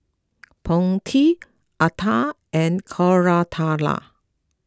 Potti Atal and Koratala